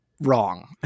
wrong